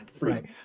Right